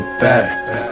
back